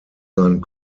sein